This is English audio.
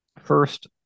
first